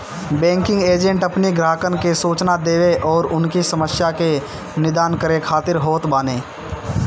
banking agent अपनी ग्राहकन के सूचना देवे अउरी उनकी समस्या के निदान करे खातिर होत बाने